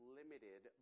limited